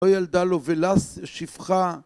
אוי ילדה לובלס, שפחה